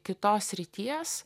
kitos srities